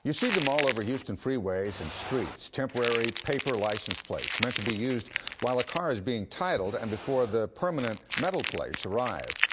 you see them all over houston freeways and streets. temporary, paper license plates hadn't but to be used while a car is being titled and before the permanent metal plates arrive.